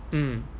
mm